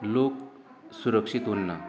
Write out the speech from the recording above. लोक सुरक्षीत उरनात